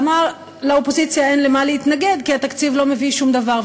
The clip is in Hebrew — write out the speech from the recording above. אמר: לאופוזיציה אין למה להתנגד כי התקציב לא מביא שום דבר.